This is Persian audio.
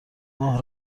ماه